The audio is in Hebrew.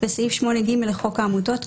וסעיף 8ג לחוק העמותות,